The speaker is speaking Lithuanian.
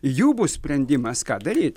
jų bus sprendimas ką daryt